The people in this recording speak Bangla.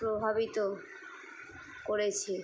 প্রভাবিত করেছে